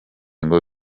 ngo